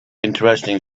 interesting